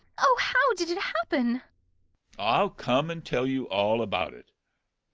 oh, how did it happen i'll come and tell you all about it.